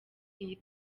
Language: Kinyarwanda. iyi